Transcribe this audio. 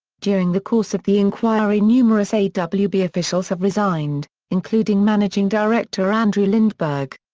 during the course of the inquiry numerous awb officials have resigned, including managing director andrew lindberg.